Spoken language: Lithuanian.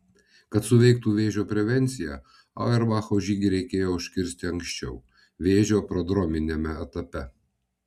kad suveiktų vėžio prevencija auerbacho žygį reikėjo užkirsti anksčiau vėžio prodrominiame etape